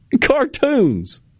Cartoons